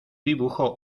dibujo